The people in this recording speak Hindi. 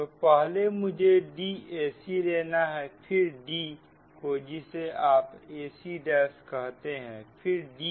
तो पहले मुझे dac लेना है फिर d को जिसे आप ac' कहते हैं फिर dca'